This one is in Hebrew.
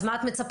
אז מה את מצפה?